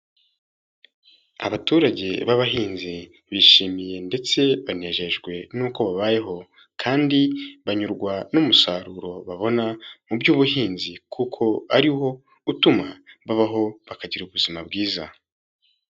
Abaturage b'abahinzi bishimiye ndetse banejejwe n'uko babayeho kandi banyurwa n'umusaruro babona mu by'ubuhinzi kuko ari wo utuma babaho bakagira ubuzima bwiza.